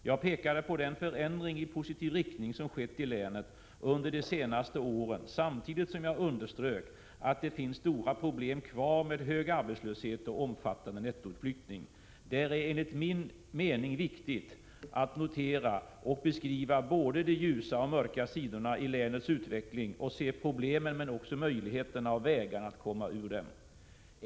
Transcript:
Jag pekade på den förändring i positiv riktning som skett i länet under de senaste åren, samtidigt som jag underströk att det finns stora problem kvar med hög arbetslöshet och omfattande nettoutflyttning. Det är enligt min mening viktigt att notera och beskriva både de ljusa och de mörka sidorna i länets utveckling, att se problemen men också möjligheterna och vägarna att komma ur dem.